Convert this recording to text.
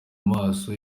amaso